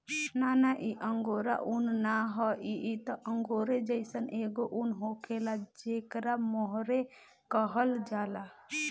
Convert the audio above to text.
ना ना इ अंगोरा उन ना ह इ त अंगोरे जइसन एगो उन होखेला जेकरा मोहेर कहल जाला